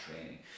training